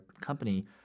company –